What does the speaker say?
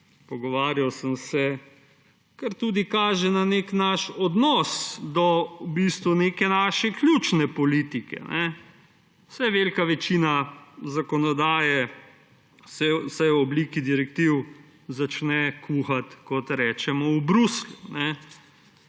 pogovarjal sem se – kar tudi kaže na naš odnos do naše ključne politike. Velika večina zakonodaje se v obliki direktiv začne kuhati, kot rečemo, v Bruslju.